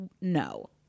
no